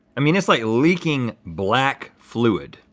i mean it's like leaking black fluid.